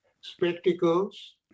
Spectacles